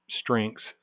strengths